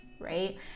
right